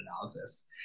analysis